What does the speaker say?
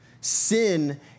Sin